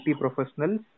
professionals